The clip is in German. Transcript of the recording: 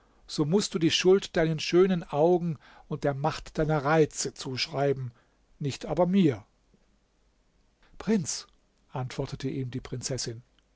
so mußt du die schuld deinen schönen augen und der macht deiner reize zuschreiben nicht aber mir prinz antwortete ihm die prinzessin